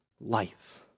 life